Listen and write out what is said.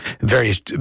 various